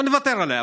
בוא נוותר עליה.